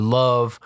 love